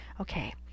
Okay